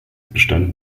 bestand